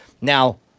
Now